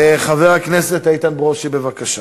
חבר הכנסת איתן ברושי, בבקשה.